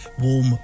warm